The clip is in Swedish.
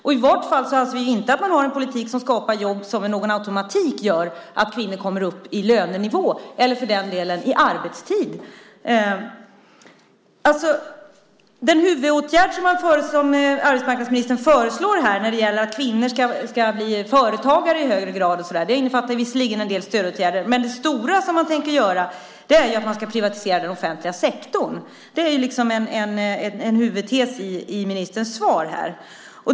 I varje fall anser vi inte att man har en politik som skapar jobb som med automatik gör att kvinnor kommer upp i mäns lönenivåer eller arbetstider. Den huvudåtgärd som arbetsmarknadsministern föreslår, när det gäller att kvinnor ska bli företagare i högre grad, innefattar visserligen en del stödåtgärder, men det stora man tänker göra är ju att privatisera den offentliga sektorn. Det är en huvudtes i ministerns svar.